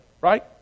right